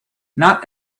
not